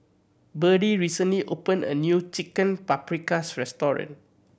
Birdie recently opened a new Chicken Paprikas Restaurant